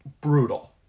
brutal